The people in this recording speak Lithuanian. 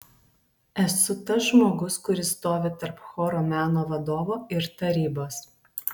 esu tas žmogus kuris stovi tarp choro meno vadovo ir tarybos